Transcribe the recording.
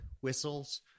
whistles